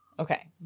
Okay